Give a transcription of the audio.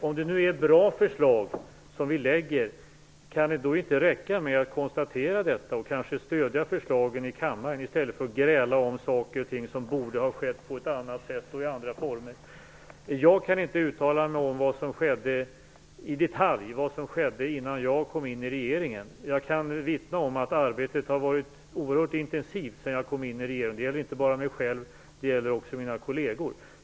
Om det nu är bra förslag som vi lägger fram, kan det då inte räcka med att konstatera detta och kanske stödja förslagen i kammaren, i stället för att gräla om saker och ting som borde ha skett på ett annat sätt och i andra former? Jag kan inte uttala mig i detalj om vad som skedde innan jag kom in i regeringen. Jag kan vittna om att arbetet har varit oerhört intensivt sedan jag kom in i regeringen. Det gäller inte bara mig själv utan också mina kolleger.